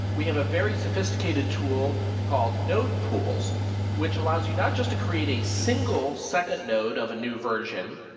we have a very sophisticated tool called node pools which allows you not just to create a single set of and node of a new version,